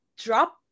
drop